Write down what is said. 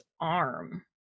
arm